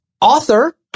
author